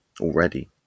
already